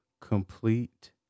complete